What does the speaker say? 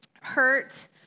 hurt